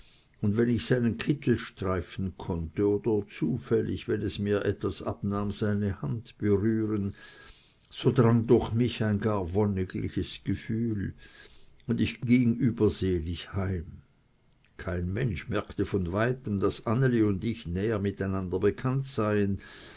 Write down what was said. und wenn ich seinen kittel streifen konnte oder zufällig wenn es mir etwas abnahm seine hand berühren so drang durch mich ein gar wonnigliches gefühl und ich ging überselig heim kein mensch merkte von weitem daß anneli und ich näher miteinander bekannt seien